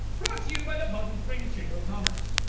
brought to you by the possum springs chamber of commerce.